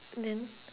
then